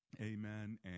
Amen